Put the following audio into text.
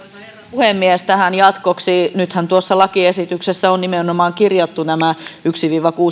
puhemies tähän jatkoksi nythän tuossa lakiesityksessä on nimenomaan kirjattu nämä yhden viiva kuuden